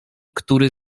który